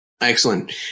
Excellent